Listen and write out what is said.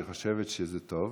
והיא חושבת שזה טוב,